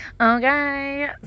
Okay